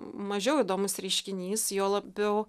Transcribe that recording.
mažiau įdomus reiškinys juo labiau